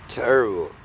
terrible